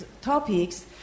topics